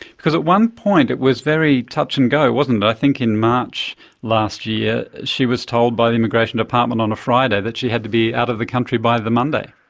because at one point it was very touch and go, wasn't it. i think in march last year she was told by the immigration department on a friday that she had to be out of the country by the monday.